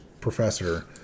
professor